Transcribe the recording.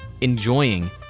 enjoying